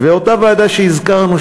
ואותה ועדה שהזכרנו,